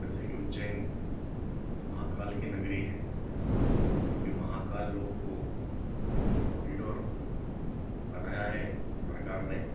जैसे कि उज्जैन महाकाल की नगरी है और वो महाकाल लोग को जो कॉरीडोर बनाया है सरकार ने